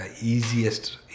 easiest